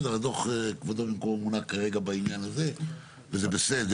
כבודו במקומו מונח כרגע בעניין הזה וזה בסדר.